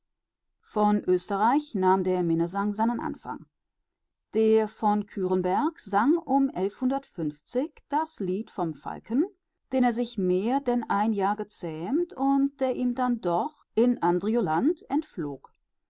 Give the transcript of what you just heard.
von österreich nahm der minnesang seinen anfang der von kürenberg sang das lied vom falken den er sich mehr denn ein jahr gezähmt und der ihm dann in anderiu lant